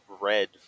red